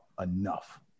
enough